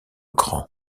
grand